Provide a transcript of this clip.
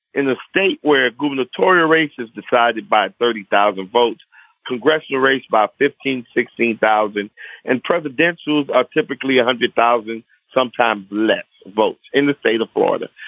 in the state where gubernatorial race is decided by thirty thousand votes congressional race about fifteen sixteen thousand and private dancers are ah typically a hundred thousand sometimes less votes in the state of florida.